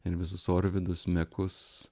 ir visus orvidus mekus